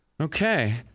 Okay